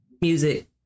music